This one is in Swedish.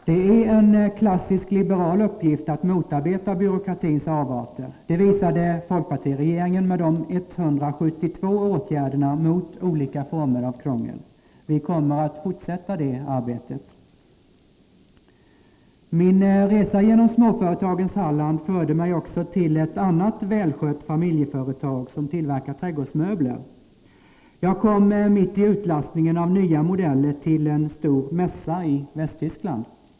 Det är en klassisk liberal uppgift att motarbeta byråkratins avarter. Det visade folkpartiregeringen med de 172 åtgärderna mot olika former av krångel. Vi kommer att fortsätta det arbetet. Min resa genom småföretagens Halland förde mig också till ett annat välskött familjeföretag, som tillverkar trädgårdsmöbler. Jag kom mitt i utlastningen av nya modeller till en stor mässa i Västtyskland.